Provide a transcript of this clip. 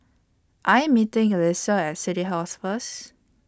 I Am meeting Alysia At City House First